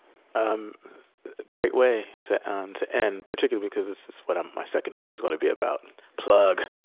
um great way to and end, particularly because this is what um my second book is gonna be about. plug.